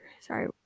Sorry